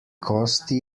kosti